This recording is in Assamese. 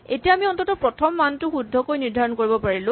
এতিয়া আমি অন্ততঃ প্ৰথম মানটো শুদ্ধকৈ নিৰ্দ্ধাৰণ কৰিব পাৰিলো